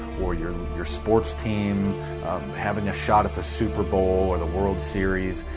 or your your sports team having a shot at the superbowl or the world series,